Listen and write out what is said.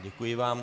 Děkuji vám.